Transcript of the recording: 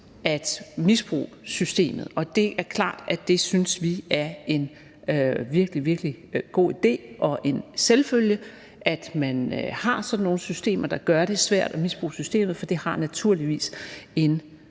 at misbruge systemet, og det er klart, at det synes vi er en virkelig, virkelig god idé, og vi synes, det er en selvfølge, at man har sådan nogle systemer, der gør det svært at misbruge systemet, for det har naturligvis en